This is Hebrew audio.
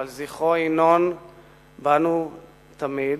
אבל זכרו יינון בנו תמיד.